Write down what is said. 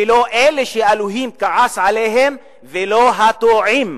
ולא אלה שאלוהים כעס עליהם ולא הטועים.